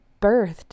birthed